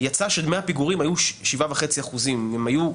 יצא שדמי הפיגורים היו 7.5%, הם היו גבוהים.